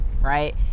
right